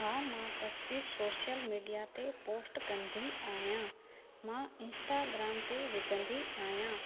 हा मां तस्वीरु सोशल मीडिया ते पोस्ट कंदी आहियां मां इंस्टाग्राम ते विझंदी आहियां